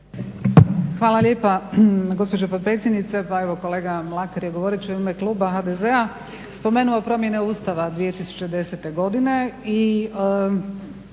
Hvala lijepa gospodine potpredsjednice. Pa evo kolega Mlakar je govoreći u ime kluba HDZ-a spomenuo promjene Ustava 2010. godine i